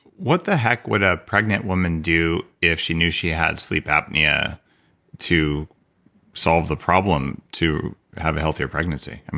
what the heck would a pregnant woman do if she knew she has sleep apnea to solve the problem, to have a healthier pregnancy? and